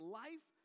life